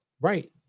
Right